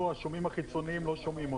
לגבי התקינה לאורך השנים לא לוקחים אף אחד,